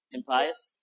Impious